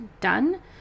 done